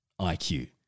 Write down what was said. IQ